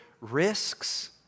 risks